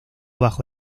bajo